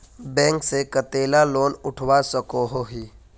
Bank से कतला loan उठवा सकोही?